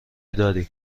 داری